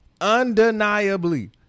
undeniably